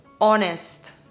honest